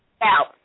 out